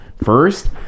first